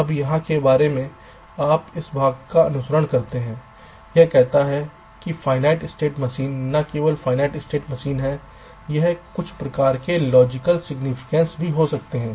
अब यहाँ से फिर से आप इस भाग का अनुसरण करते हैं यह कहता है कि फ़ायनाइट स्टेट मशीन न केवल फ़ायनाइट स्टेट मशीन हैं यह कुछ प्रकार के लॉजिक स्पेसिफिकेशन्स भी हो सकते हैं